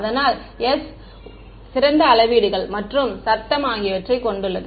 அதனால் s உண்மையானது சிறந்த அளவீடுகள் மற்றும் சத்தம் ஆகியவற்றைக் கொண்டுள்ளது